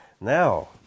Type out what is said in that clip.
now